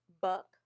Buck